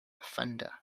fender